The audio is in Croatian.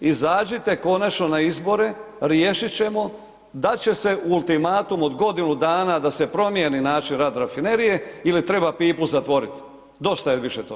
Izađite konačno na izbore, riješit ćemo, dat će se ultimatum od godinu dana da se promijeni način rada rafinerije ili treba pipu zatvorit, dosta je više toga.